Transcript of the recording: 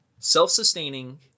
Self-sustaining